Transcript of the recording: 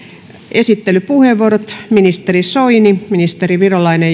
esittelypuheenvuorot ministeri soini ja ministeri virolainen